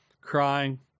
crying